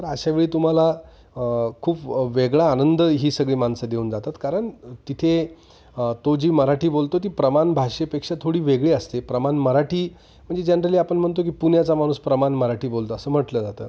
तर अशावेळी तुम्हाला खूप वेगळा आनंद ही सगळी माणसं देऊन जातात कारण तिथे तो जी मराठी बोलतो ती प्रमाण भाषेपेक्षा थोडी वेगळी असते प्रमाण मराठी म्हणजे जनरली आपण म्हणतो की पुण्याचा माणूस प्रमाण मराठी बोलतो असं म्हटलं जातं